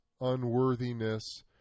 unworthiness